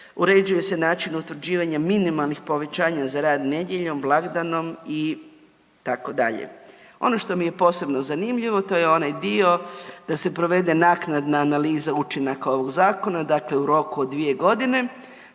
uređuje se način utvrđivanja minimalnih povećanja za rad nedjeljom, blagdanom itd. Ono što mi je posebno zanimljivo to je onaj dio da se provede naknadna analiza učinaka ovog zakona, dakle u roku od 2 godine